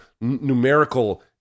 numerical